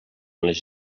les